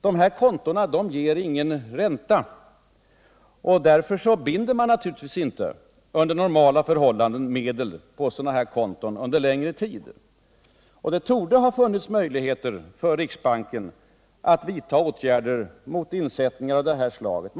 De här kontona ger ingen ränta, och därför binder man naturligtvis inte under normala förhållanden medel på sådana konton under längre tid. Det torde ha funnits möjligheter för riksbanken att vidta åtgärder mot insättningar av det här slaget.